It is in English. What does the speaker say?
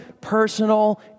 personal